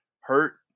hurt